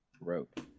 Rope